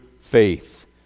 faith